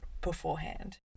beforehand